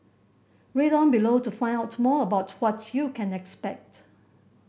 read on below to find out more about what you can expect